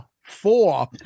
Four